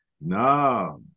No